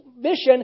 mission